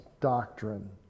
doctrine